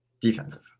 Defensive